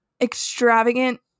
extravagant